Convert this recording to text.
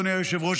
אדוני היושב-ראש,